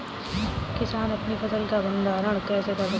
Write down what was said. किसान अपनी फसल का भंडारण कैसे कर सकते हैं?